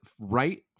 Right